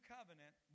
Covenant